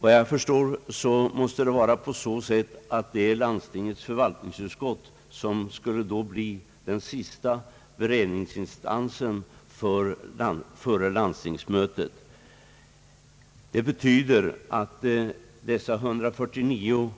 Vad jag förstår måste landstingets förvaltningsutskott bli den sista beredningsinstansen före landstingsmötet. Det betyder att dessa 149